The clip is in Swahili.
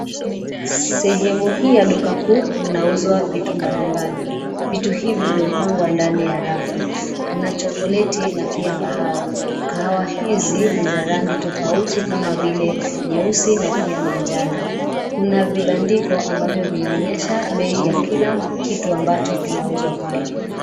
Sehemu hii ya duka kuu inauzwa vitu mbalimbali. Vitu hivi vimepangwa ndani ya rafu. Kuna chokoleti na pia kahawa. Kahawa hizi ni za rangi tofati kama vile nyeusi na pia manjano. Kuna vibandiko ambavyo vinaonyesha bei ya kila kitu ambacho kinauzwa pale.